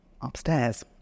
upstairs